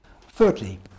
Thirdly